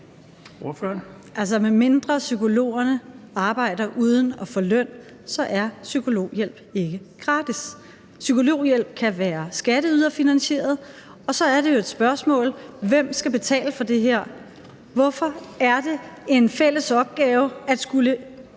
medmindre psykologerne arbejder uden at få løn, er psykologhjælp ikke gratis. Psykologhjælp kan være skatteyderfinansieret, og så er det jo et spørgsmål om, hvem der skal betale for det her. Hvorfor er det en fælles opgave at skulle